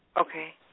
Okay